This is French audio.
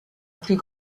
plus